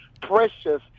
Precious